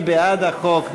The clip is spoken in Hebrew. מי בעד החוק?